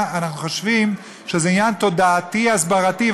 אנחנו חושבים שזה עניין תודעתי והסברתי,